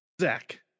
Zach